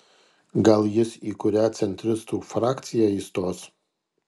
gal jis į kurią centristų frakciją įstos